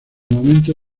momento